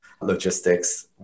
logistics